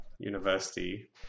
university